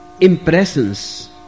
impressions